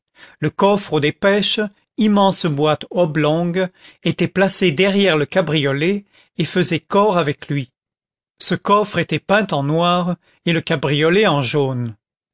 le coffre aux dépêches immense boîte oblongue était placé derrière le cabriolet et faisait corps avec lui ce coffre était peint en noir et le cabriolet en jaune